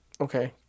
Okay